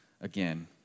again